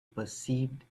perceived